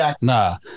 nah